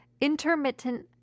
intermittent